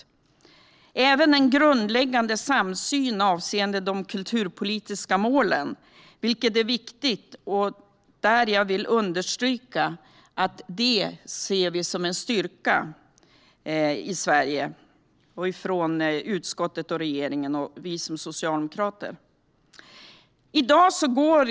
Det finns även en grundläggande samsyn avseende de kulturpolitiska målen, vilket är viktigt. Jag vill understryka att vi i utskottet, regeringen och som socialdemokrater ser detta som en styrka.